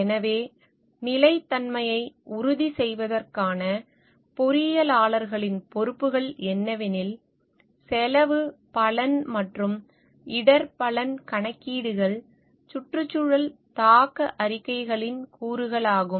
எனவே நிலைத்தன்மையை உறுதி செய்வதற்கான பொறியியலாளர்களின் பொறுப்புகள் என்னவெனில் செலவு பலன் மற்றும் இடர் பலன் கணக்கீடுகள் சுற்றுச்சூழல் தாக்க அறிக்கைகளின் கூறுகளாகும்